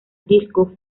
disco